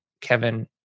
Kevin